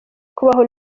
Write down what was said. kubaho